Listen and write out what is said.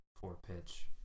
four-pitch